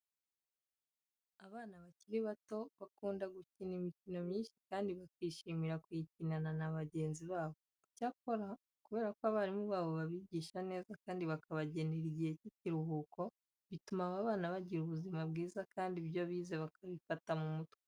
Abana bakiri bato bakunda gukina imikino myinshi kandi bakishimira kuyikinana na bagenzi babo. Icyakora kubera ko abarimu babo babigisha neza kandi bakabagenera igihe cy'ikiruhuko, bituma aba bana bagira ubuzima bwiza kandi ibyo bize bakabifata mu mutwe.